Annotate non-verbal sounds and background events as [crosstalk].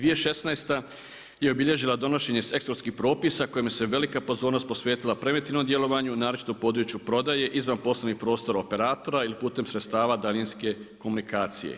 2016. je obilježila donošenje … [unintelligible] propisa kojim se velika pozornost posvetila preventivnom djelovanju naročito u području prodaje izvan poslovnih prostora operatora ili putem sredstava daljinske komunikacije.